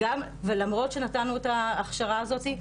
גם ולמרות שנתנו את ההכשרה הזאתי,